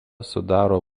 sudaro